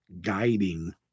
guiding